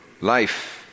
life